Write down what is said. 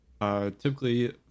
Typically